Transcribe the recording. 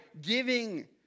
giving